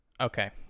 Okay